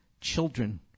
Children